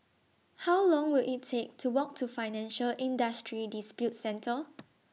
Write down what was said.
How Long Will IT Take to Walk to Financial Industry Disputes Center